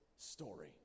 Story